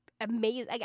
amazing